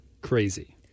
crazy